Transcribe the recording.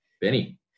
Benny